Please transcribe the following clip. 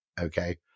okay